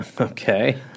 Okay